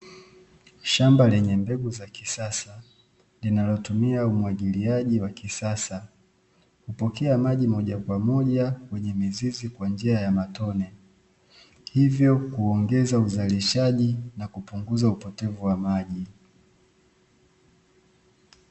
Shamba lenye mbegu za kisasa linalo tumia umwagiliaji wa kisasa, Hupokea maji moja kwa moja kwenye mizizi kwa njia ya matone, Hivyo kuongeza uzalishalishaji na kupunguza upotevu wa maji.